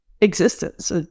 existence